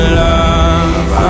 love